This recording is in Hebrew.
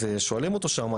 אז שואלים אותו שם,